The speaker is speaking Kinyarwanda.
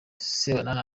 sebanani